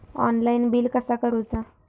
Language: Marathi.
ऑनलाइन बिल कसा करुचा?